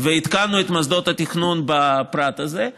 ועדכנו את מוסדות התכנון בפרט הזה,